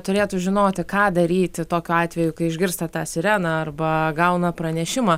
turėtų žinoti ką daryti tokiu atveju kai išgirsta tą sireną arba gauna pranešimą